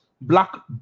black